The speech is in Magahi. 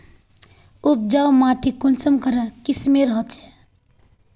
उपजाऊ माटी कुंसम करे किस्मेर होचए?